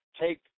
take